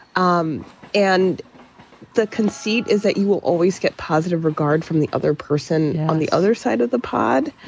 um and the conceit is that you will always get positive regard from the other person on the other side of the pod,